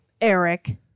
Eric